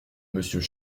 monsieur